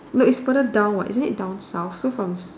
no it's further down what is it down South so from